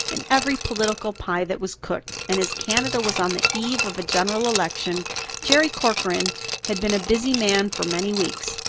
in every political pie that was cooked and as canada was on the eve of a general election jerry corcoran had been a busy man for many weeks,